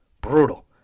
Brutal